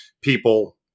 people